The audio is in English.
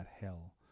hell